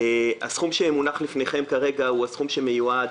הסכום שמונח בפניכם כרגע הוא הסכום שמיועד